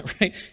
right